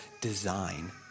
design